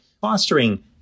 fostering